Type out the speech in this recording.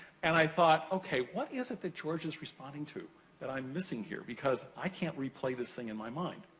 and i thought okay, what is it that george is responding to that i'm missing here? cause i can't replay this thing in my mind.